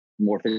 more